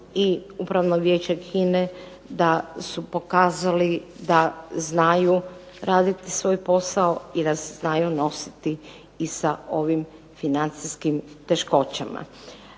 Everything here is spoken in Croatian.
i Upravno vijeće HINA-e da su pokazali da znaju raditi svoj posao i da se znaju nositi i sa ovim financijskim poteškoćama.